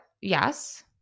Yes